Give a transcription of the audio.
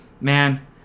man